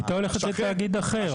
היא הייתה הולכת לתאגיד אחר.